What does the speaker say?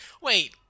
wait